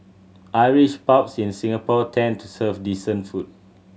Irish pubs in Singapore tend to serve decent food